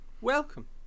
Welcome